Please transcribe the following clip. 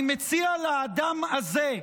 אני מציע לאדם הזה,